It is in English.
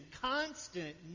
constant